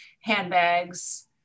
handbags